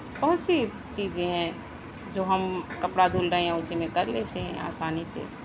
بہت سی چیزیں ہیں جو ہم کپڑا دھل رہے ہیں اسی میں کر لیتے ہیں آسانی سے